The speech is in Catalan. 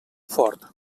fort